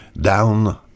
down